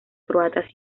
croatas